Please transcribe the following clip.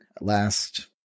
last